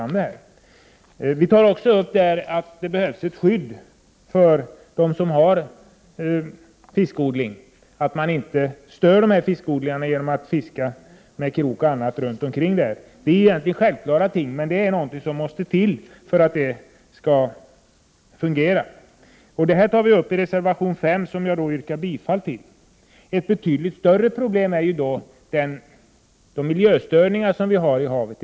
Vi tar i vår reservation också upp att det behövs skydd för fiskodlingar, så att dessa inte störs genom fiske med krok och andra redskap i närheten. Detta är egentligen självklara ting, men det måste till regler för att det skall fungera. Detta tar vi upp i reservation 5, till vilken jag yrkar bifall. Ett betydligt större problem är i dag miljöstörningarna i havet.